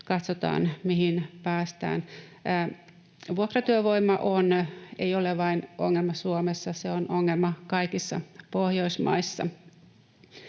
katsotaan, mihin päästään. Vuokratyövoima ei ole ongelma vain Suomessa, se on ongelma kaikissa Pohjoismaissa.